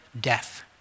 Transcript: death